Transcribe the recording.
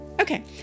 Okay